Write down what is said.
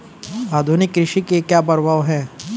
आधुनिक कृषि के क्या प्रभाव हैं?